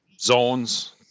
zones